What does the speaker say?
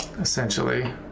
essentially